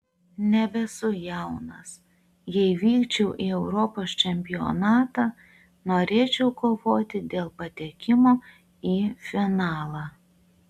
nebesu jaunas jei vykčiau į europos čempionatą norėčiau kovoti dėl patekimo į finalą